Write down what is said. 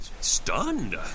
stunned